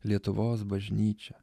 lietuvos bažnyčia